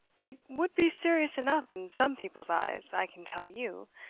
it would be serious enough in some people's eyes, i can tell you.